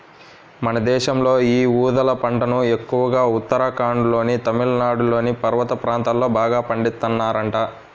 మన దేశంలో యీ ఊదల పంటను ఎక్కువగా ఉత్తరాఖండ్లోనూ, తమిళనాడులోని పర్వత ప్రాంతాల్లో బాగా పండిత్తన్నారంట